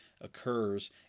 occurs